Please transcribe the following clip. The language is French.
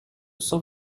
cent